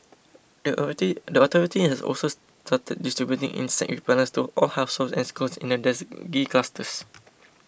the authority has also started distributing insect repellents to all households and schools in the dengue clusters